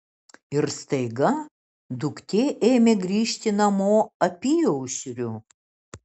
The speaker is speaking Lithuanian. ir staiga duktė ėmė grįžti namo apyaušriu